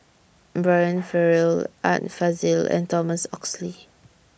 Brian Farrell Art Fazil and Thomas Oxley